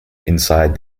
inside